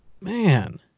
man